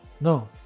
No